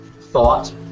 thought